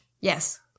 Yes